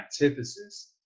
antithesis